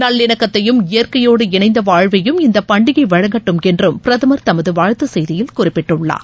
நல்லிணக்கத்தையும் இயற்கையோடு இணைந்த வாழ்வையும் இந்தப் பண்டிகை வழங்கட்டும் என்றும் பிரதமர் தமது வாழ்த்து செய்தியில் குறிப்பிட்டுள்ளார்